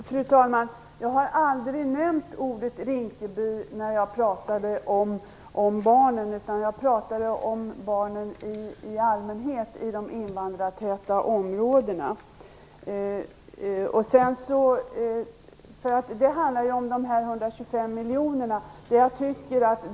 Fru talman! Jag har aldrig nämnt Rinkeby när jag pratade om barnen. Jag pratade om barnen i allmänhet i de invandrartäta områdena. Det handlar om de 125 miljonerna.